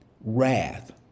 wrath